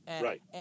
Right